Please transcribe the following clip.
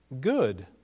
good